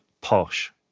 posh